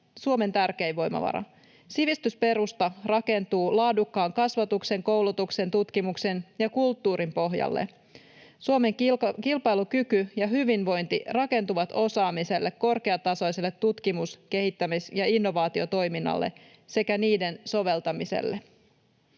Suomen tärkein voimavara. ”Sivistysperusta rakentuu laadukkaan kasvatuksen, koulutuksen, tutkimuksen ja kulttuurin pohjalle. Suomen kilpailukyky ja hyvinvointi rakentuvat osaamiselle, korkeatasoiselle tutkimus-, kehittämis- ja innovaatiotoiminnalle sekä niiden soveltamiselle.”